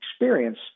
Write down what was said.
experience